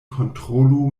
kontrolu